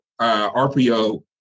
RPO